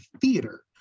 theater